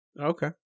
Okay